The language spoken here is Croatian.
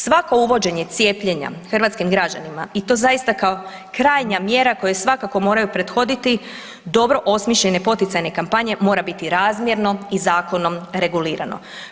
Svako uvođenje cijepljenja hrvatskim građanima i to zaista kao krajnja mjera koju svakako moraju prethoditi dobro osmišljenje poticajne kampanje mora biti razmjerno i zakonom regulirano.